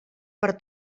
per